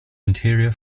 interior